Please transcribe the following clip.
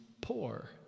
poor